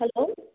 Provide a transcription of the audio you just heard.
hello